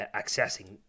accessing